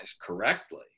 correctly